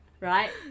right